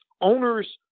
owners